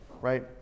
right